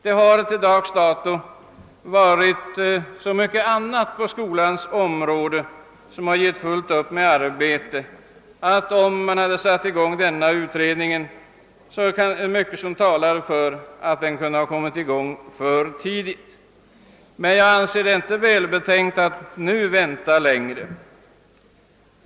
Det har till dags dato varit så mycket annat på skolans område som gett fullt upp med arbete, att mycket talar för att om man hade startat denna utredning kunde den ha kommit i gång för tidigt. Jag finner det emellertid inte välbetänkt att nu vänta längre.